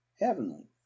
heavenly